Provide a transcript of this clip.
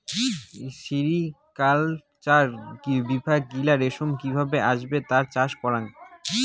sericulture বিভাগ গিলা রেশম কি ভাবে আসবে তার চাষ করাং